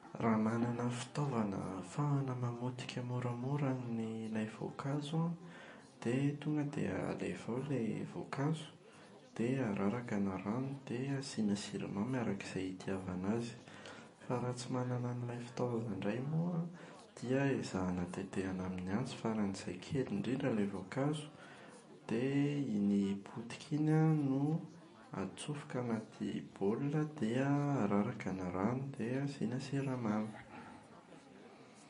Raha manana fitaovana ahafahana mamotika moramora an’ilay voankazo an dia tonga dia alefa ao ilay voankazo dia araraka ny rano dia asiana siramamy araka izay hitiavana azy. Fa raha tsy manana an’ilay fitaovana indray moa an dia ezahana tetehana amin’ny antsy faran’izay kely indrindra ilay voankazo, dia iny potika iny an no atsofoka anaty baolina dia araraka ny rano, dia asiana siramamy.